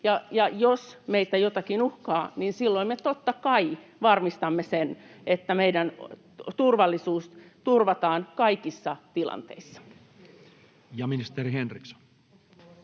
jos meitä jokin uhkaa, niin silloin me totta kai varmistamme sen, että meidän turvallisuutemme turvataan kaikissa tilanteissa. [Speech